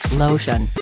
lotion,